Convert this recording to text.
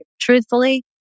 truthfully